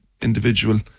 individual